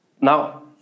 Now